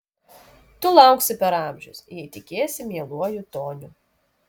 tu lauksi per amžius jei tikėsi mieluoju toniu